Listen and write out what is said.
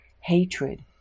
hatred